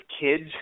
kids